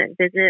visit